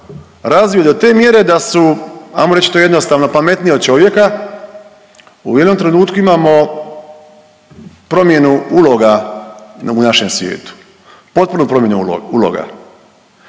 razviju do te mjere da su hajdemo to reći jednostavno pametniji od čovjeka u jednom trenutku imamo promjenu uloga u našem svijetu, potpunu promjenu uloga.